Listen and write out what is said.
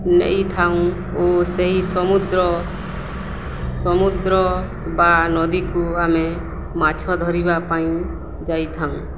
ନେଇଥାଉଁ ଓ ସେହି ସମୁଦ୍ର ସମୁଦ୍ର ବା ନଦୀକୁ ଆମେ ମାଛ ଧରିବା ପାଇଁ ଯାଇଥାଉଁ